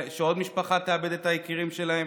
שעוד משפחה תאבד את היקירים שלה?